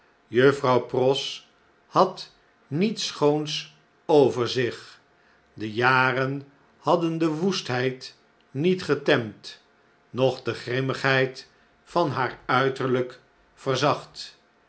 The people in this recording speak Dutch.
juffrouw pross had niets schoons over zich de jaren hadden de woestheid niet getemd nocn de grimmigheid van haar uiterlyk verzacht